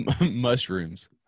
mushrooms